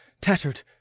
tattered